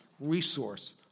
resource